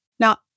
Now